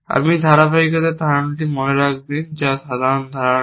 আমি ধারাবাহিকতার ধারণাটি মনে রাখবেন যা সাধারণ ধারণা